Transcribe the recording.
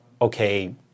okay